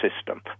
system